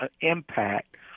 impact